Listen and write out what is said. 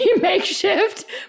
makeshift